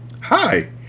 Hi